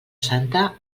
santa